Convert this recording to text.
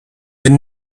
been